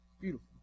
Beautiful